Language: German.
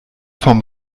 vom